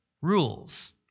rules